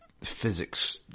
physics